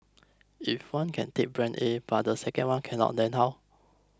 if one can take brand A but the second one cannot then how